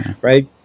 Right